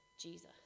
Jesus